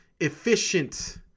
efficient